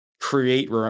create –